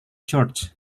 church